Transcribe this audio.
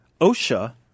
OSHA